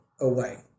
away